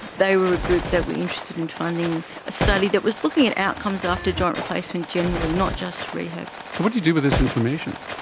they were a group that were interested in funding a study that was looking at outcomes after joint replacement generally, not just rehab. so what you do with this information?